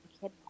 kid